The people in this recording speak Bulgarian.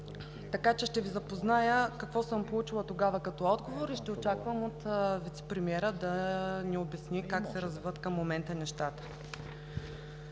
така че ще Ви запозная какво съм получила тогава като отговор и ще очаквам от вицепремиера да ни обясни как се развиват нещата